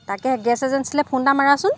তাকে গেছ এজেন্সিলৈ ফোন এটা মাৰাচোন